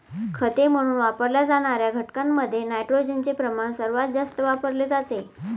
खते म्हणून वापरल्या जाणार्या घटकांमध्ये नायट्रोजनचे प्रमाण सर्वात जास्त वापरले जाते